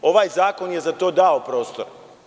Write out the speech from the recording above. Ovaj zakon je za to dao prostora.